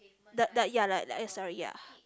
the the ya like is really ya